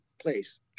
place